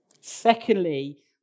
Secondly